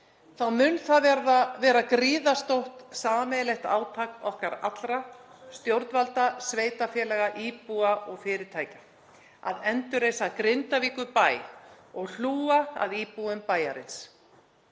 þá mun það verða gríðarstórt sameiginlegt átak okkar allra, stjórnvalda, sveitarfélaga, íbúa og fyrirtækja, að endurreisa Grindavíkurbæ og hlúa að íbúum bæjarins.